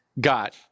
got